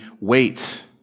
wait